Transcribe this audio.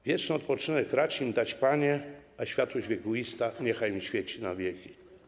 Wieczny odpoczynek racz im dać, Panie, a światłość wiekuista niechaj im świeci na wieki.